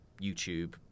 YouTube